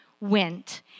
went